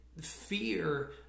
fear